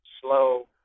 slow